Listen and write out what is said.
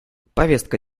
повестка